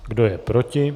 Kdo je proti?